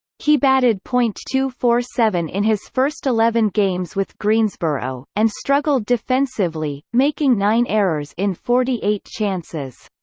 he batted point two four seven in his first eleven games with greensboro, and struggled defensively, making nine errors in forty eight chances.